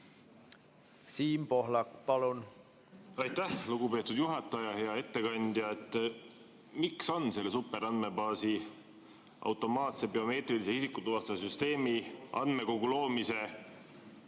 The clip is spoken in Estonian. Siim Pohlak, palun! Aitäh, lugupeetud juhataja! Hea ettekandja! Miks on selle superandmebaasi, automaatse biomeetrilise isikutuvastussüsteemi andmekogu loomisega